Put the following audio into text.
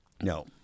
No